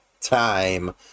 time